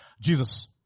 Jesus